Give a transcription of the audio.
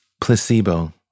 Placebo